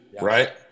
right